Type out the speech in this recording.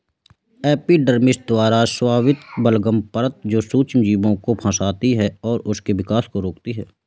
epidermis द्वारा स्रावित बलगम परत जो सूक्ष्मजीवों को फंसाती है और उनके विकास को रोकती है